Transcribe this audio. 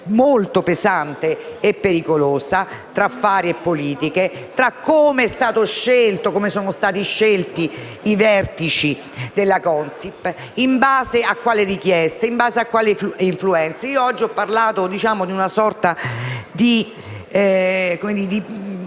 molto pesante e pericolosa tra affari e politica e su come sono stati scelti i vertici della Consip: in base a quale richieste e in base a quali influenze. Oggi ho parlato della politica di